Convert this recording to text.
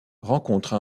rencontre